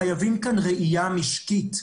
חייבים כאן ראייה משקית.